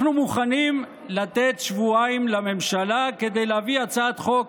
אנחנו מוכנים לתת שבועיים לממשלה כדי להביא הצעת חוק